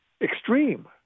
extreme